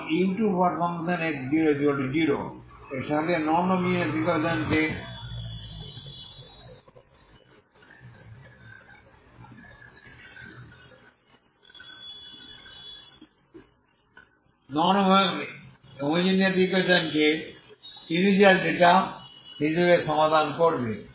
এবং u2x00 এর সাথে নন হোমোজেনিয়াস ইকুয়েশন কে ইনিশিয়াল ডেটা হিসাবে সমাধান করবে